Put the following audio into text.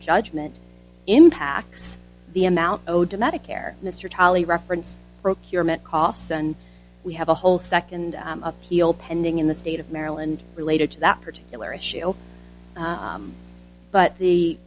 judgment impacts the amount owed to medicare mr tolley referenced procurement costs and we have a whole second appeal pending in the state of maryland related to that particular issue but the